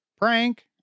prank